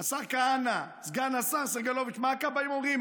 השר כהנא, סגן השר סגלוביץ', מה הכבאים אומרים?